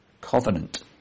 covenant